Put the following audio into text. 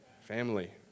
Family